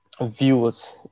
views